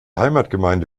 heimatgemeinde